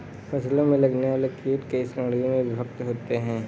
फसलों में लगने वाले कीट कई श्रेणियों में विभक्त होते हैं